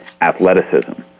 athleticism